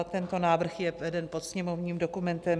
Tento návrh je veden pod sněmovním dokumentem 4777.